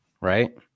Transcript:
Right